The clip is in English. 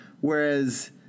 whereas